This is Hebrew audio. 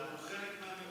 הלוא הוא חלק מהממשלה.